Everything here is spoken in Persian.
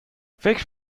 فکر